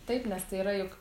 taip nes tai yra juk